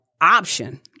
option